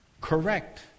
correct